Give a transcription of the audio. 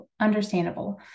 understandable